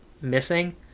missing